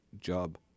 job